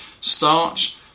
starch